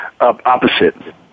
opposite